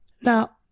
Now